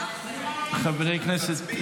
חברי הכנסת,